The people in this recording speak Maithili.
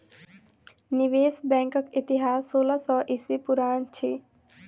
निवेश बैंकक इतिहास सोलह सौ ईस्वी पुरान अछि